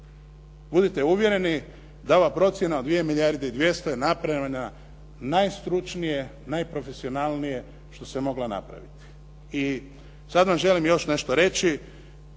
Budite uvjereni da ova procjena od 2 milijarde i 200 je napravljena najstručnije, najprofesionalnije što se mogla napraviti. I sad vam želim još nešto reći.